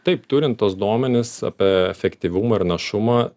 taip turint tuos duomenis apie efektyvumą ir našumą